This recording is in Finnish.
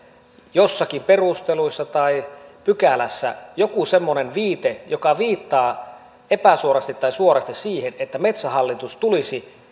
jossakin perusteluissa tai pykälässä joku semmoinen viite joka viittaa epäsuorasti tai suorasti siihen että metsähallitus tulisi